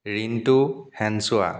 Rintu Senchowa